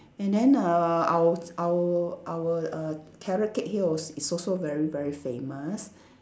and then err out our our err carrot cake here al~ is also very very famous